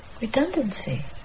Redundancy